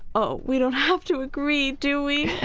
oh, we don't have to agree, do we?